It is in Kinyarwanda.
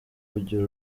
kugira